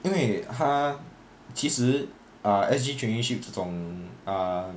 因为他其实 ah S_G traineeship 这种啊